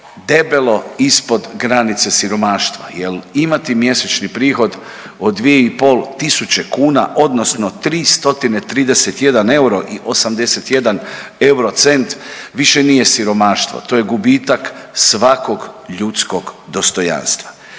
debelo ispod granice siromaštva jer imati mjesečni prihod od 2,5 tisuće kuna odnosno 331 euro i 81 eurocent, više nije siromaštvo, to je gubitak svakog ljudskog dostojanstva.